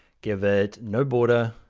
give it no border,